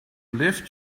lived